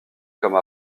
comme